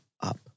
up